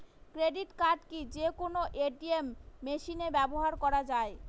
Credit card কি যে কোনো এ.টি.এম মেশিনে ব্যবহার করা য়ায়?